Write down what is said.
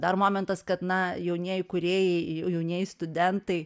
dar momentas kad na jaunieji kūrėjai jaunieji studentai